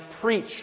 preach